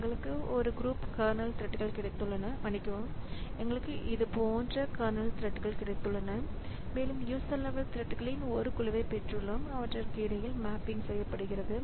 எங்களுக்கு ஒரு group kernel த்ரெட்கள் கிடைத்துள்ளன மன்னிக்கவும் எங்களுக்கு இது போன்ற கர்னல் த்ரெட்கள் கிடைத்துள்ளன மேலும் யூசர் லெவல் த்ரெட்களின் ஒரு குழுவைப் பெற்றுள்ளோம் அவற்றுக்கு இடையில் மேப்பிங் செய்யப்படுகிறது